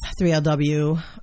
3LW